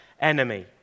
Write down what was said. enemy